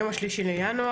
היום ה-3 בינואר.